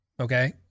okay